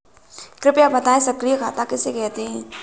कृपया बताएँ सक्रिय खाता किसे कहते हैं?